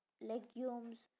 legumes